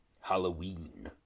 Halloween